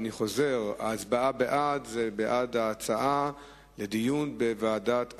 אני חוזר: ההצבעה בעד היא בעד ההצעה לדיון בוועדת הפנים.